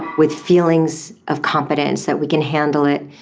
with feelings of competence, that we can handle it,